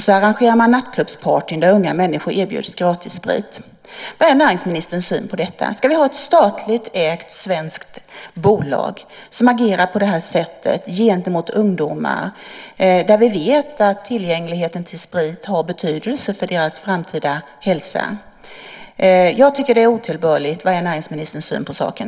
Så arrangerar man nattklubbspartyn där unga människor får gratis sprit. Vad är näringsministerns syn på detta? Ska vi ha ett statligt ägt svenskt bolag som agerar på det här sättet gentemot ungdomar när vi vet att tillgänglighet till sprit har betydelse för deras framtida hälsa? Jag tycker att det är otillbörligt. Vad är näringsministerns syn på saken?